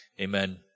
Amen